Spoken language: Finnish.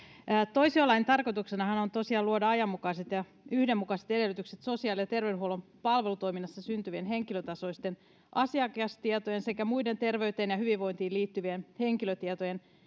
toisiolain tarkoituksenahan on tosiaan luoda ajanmukaiset ja yhdenmukaiset edellytykset sosiaali ja terveydenhuollon palvelutoiminnassa syntyvien henkilötasoisten asiakastietojen sekä muiden terveyteen ja hyvinvointiin liittyvien henkilötietojen